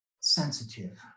sensitive